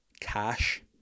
cash